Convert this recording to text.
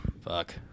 Fuck